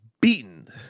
beaten